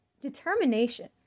determination